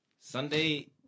Sunday